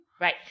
Right